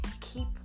keep